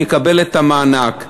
יקבל את המענק.